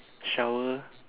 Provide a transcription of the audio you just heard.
shower